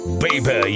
baby